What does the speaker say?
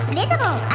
visible